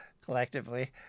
collectively